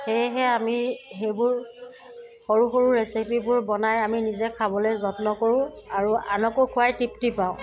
সেয়েহে আমি সেইবোৰ সৰু সৰু ৰেচিপিবোৰ বনাই আমি নিজে খাবলৈ যত্ন কৰোঁ আৰু আনকো খুৱাই তৃপ্তি পাওঁ